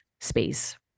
space